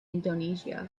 indonesia